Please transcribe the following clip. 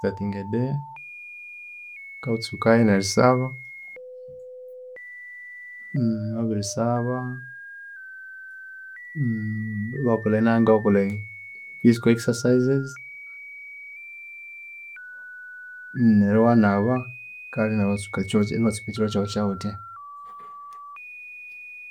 Starting a day ka wukatsukayu nerisaba wabiri saba iwakolha enanga iwakolhe physical excercises neryu iwanaba kale neru iwatsukakyo iwatsuka ekyiro kyawu kyawuthya